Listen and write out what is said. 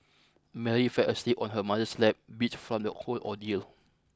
Mary fell asleep on her mother's lap beat from the whole ordeal